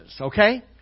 okay